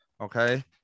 Okay